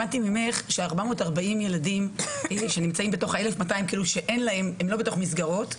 למדתי ממך ש-440 ילדים שנמצאים בתוך ה-1,200 שהם לא בתוך מסגרות,